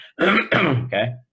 okay